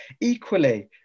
Equally